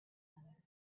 another